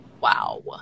Wow